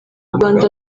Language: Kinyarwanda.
rwanda